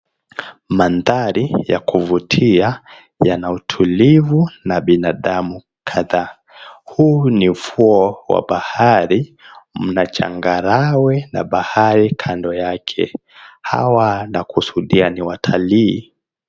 Maandhari ya kuvutia, yana utulivu na binadamu kadhaa. Huu ni ufuo wa bahari, mna changarawe na bahari kando yake, hawa nakusudia ni watalii.